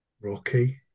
Rocky